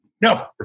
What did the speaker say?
No